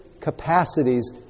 capacities